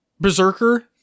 Berserker